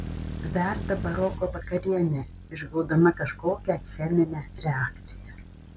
verda baroko vakarienė išgaudama kažkokią cheminę reakciją